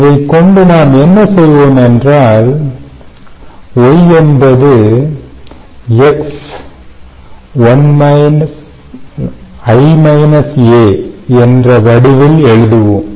இதை கொண்டு நாம் என்ன செய்வோம் என்றால் Y என்பது X என்ற வடிவில் எழுதுவோம்